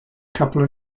couple